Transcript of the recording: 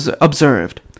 observed